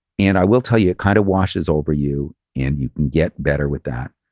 and i will tell you, it kind of washes over you and you can get better with that,